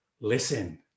listen